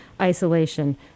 Isolation